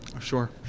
Sure